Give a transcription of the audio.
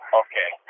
okay